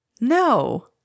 No